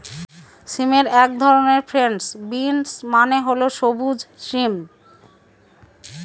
সিমের এক ধরন ফ্রেঞ্চ বিনস মানে হল সবুজ সিম